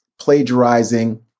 plagiarizing